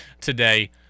today